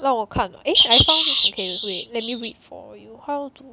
让我看 eh I found it okay wait let me read for you how to